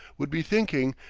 would be thinking,